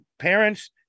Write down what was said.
parents